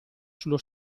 sullo